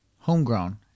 Homegrown